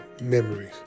memories